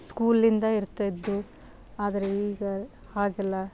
ಸ್ಕೂಲಿಂದ ಇರ್ತಾ ಇದ್ದು ಆದರೆ ಈಗ ಹಾಗಲ್ಲ